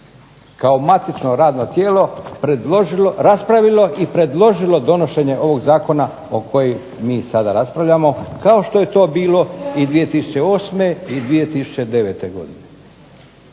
kao matično radno tijelo predložilo, raspravio i predložilo donošenje ovog zakona o kojem mi sada raspravljamo, kao što je to bilo i 2008. i 2009. godine.